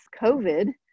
COVID